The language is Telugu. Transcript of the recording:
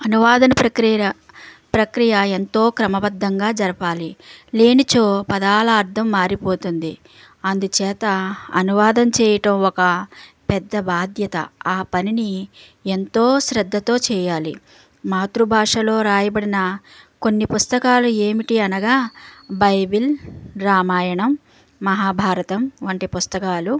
అనువాదన ప్రక్రిర ప్రక్రియ ఎంతో క్రమబద్ధంగా జరపాలి లేనిచో పదాల అర్దం మారిపోతుంది అందుచేత అనువాదం చేయటం ఒక పెద్ద భాద్యత ఆ పనిని ఎంతో శ్రద్ధతో చెయ్యాలి మాత్రుభాషలో రాయబడిన కొన్ని పుస్తకాలు ఏమిటి అనగా బైబిల్ రామాయణం మహాభారతం వంటి పుస్తకాలు